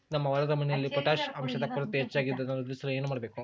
ನಮ್ಮ ಹೊಲದ ಮಣ್ಣಿನಲ್ಲಿ ಪೊಟ್ಯಾಷ್ ಅಂಶದ ಕೊರತೆ ಹೆಚ್ಚಾಗಿದ್ದು ಅದನ್ನು ವೃದ್ಧಿಸಲು ಏನು ಮಾಡಬೇಕು?